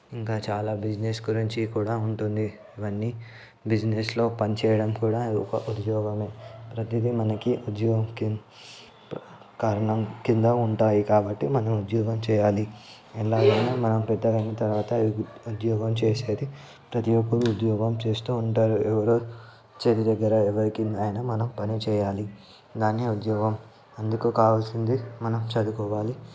ఇంకా చాలా బిజినెస్ గురించి కూడా ఉంటుంది అవన్నీ బిజినెస్లో పనిచేయడం కూడా ఒక ఉద్యోగమే ప్రతిదీ మనకి ఉద్యోగం కింద కారణం కింద ఉంటాయి కాబట్టి మనం ఉద్యోగం చెయ్యాలి ఎలాగైనా మనం పెద్దగా అయిన తర్వాత ఉద్యోగం చేసేది ప్రతి ఒక్కరు ఉద్యోగం చేస్తూ ఉంటారు ఎవరో చేతి దగ్గర ఎవరు కింద అయినా మనం పని చెయ్యాలి దాన్ని ఉద్యోగం అందుకు కావాల్సింది మనం చదువుకోవాలి